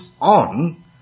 on